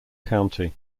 county